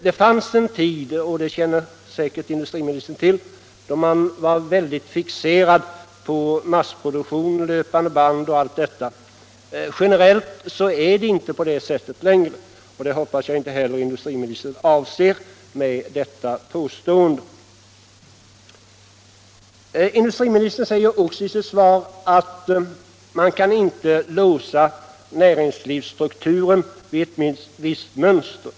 Det fanns en tid — det känner industriministern säkert till — då man var starkt fixerad vid massproduktion, löpande band och allt detta. Generellt är det inte så längre. Och det hoppas jag att inte heller industriministern avser med detta påstående. Vidare säger industriministern i svaret: ”Man kan inte låsa näringslivsstrukturen vid ett visst mönster”.